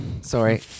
Sorry